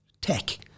tech